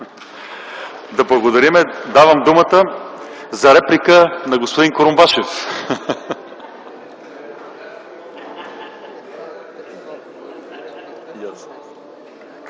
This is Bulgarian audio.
Да благодарим. Давам думата за реплика на Курумбашев.